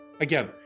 Again